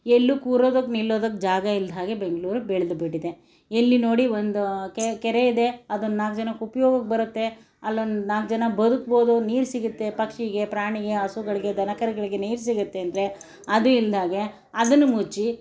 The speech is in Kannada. ಎಲ್ಲೂ ಕೂರೋದಕ್ಕೆ ನಿಲ್ಲೋದಕ್ಕೆ ಜಾಗ ಇಲ್ದ್ಹಾಗೆ ಬೆಂಗಳೂರು ಬೆಳೆದು ಬಿಟ್ಟಿದೆ ಎಲ್ಲಿ ನೋಡಿ ಒಂದು ಕೆರೆ ಇದೆ ಅದನ್ನು ನಾಲ್ಕು ಜನಕ್ಕೆ ಉಪಯೋಗಕ್ಕೆ ಬರತ್ತೆ ಅಲ್ಲೊಂದು ನಾಲ್ಕು ಜನ ಬದ್ಕ್ಬೋದು ನೀರು ಸಿಗುತ್ತೆ ಪಕ್ಷಿಗೆ ಪ್ರಾಣಿಗೆ ಹಸುಗಳಿಗೆ ದನಕರುಗಳಿಗೆ ನೀರು ಸಿಗುತ್ತೆ ಅಂದರೆ ಅದು ಇಲ್ದ್ಹಾಗೆ ಅದನ್ನು ಮುಚ್ಚಿ